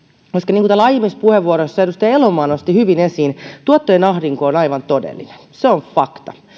niin kuin täällä aiemmissa puheenvuoroissa edustaja elomaa nosti hyvin esiin tuottajan ahdinko on aivan todellinen se on fakta